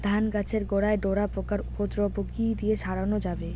ধান গাছের গোড়ায় ডোরা পোকার উপদ্রব কি দিয়ে সারানো যাবে?